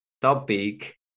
topic